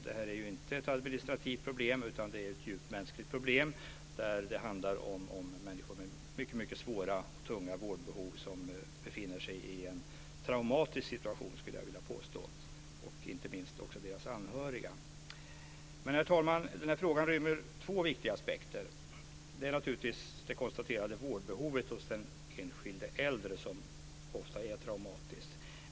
Det här är ju inte ett administrativt problem utan ett djupt mänskligt problem. Det handlar om människor med mycket svåra och tunga vårdbehov och som, skulle jag vilja påstå, befinner sig i en traumatisk situation. Det gäller inte minst också deras anhöriga. Herr talman! Den här frågan rymmer två viktiga aspekter. Den ena är naturligtvis det konstaterade vårdbehovet hos den enskilde äldre, som ofta är mycket stort.